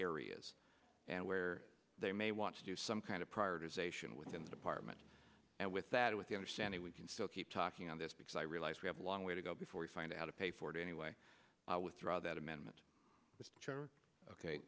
areas and where they may want to do some kind of prior to sation within the department and with that with the understanding we can still keep talking on this because i realize we have a long way to go before we find out a pay for it anyway withdraw that amendment ok